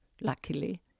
luckily